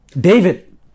David